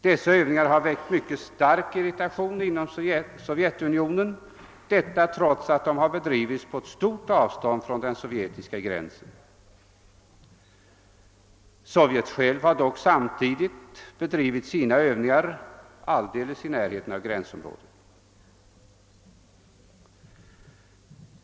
Dessa övningar har väckt mycket stark irritation inom Sovjetunionen, trots att de har genomförts på stort avstånd från den sovjetiska gränsen. Sovjetunionen själv har dock samtidigt bedrivit övningar alldeles i närheten av gränsområdet.